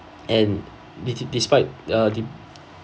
and de~ de~ despite uh